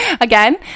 again